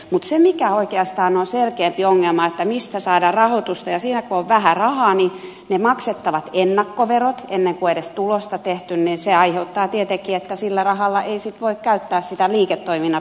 mutta se mikä oikeastaan on selkeämpi ongelma on se mistä saada rahoitusta ja siinä kun on vähän rahaa niin ne maksettavat ennakkoverot ennen kuin edes tulosta on tehty aiheuttavat tietenkin sen että sitä rahaa ei sitten voi käyttää siihen liiketoiminnan pyörittämiseen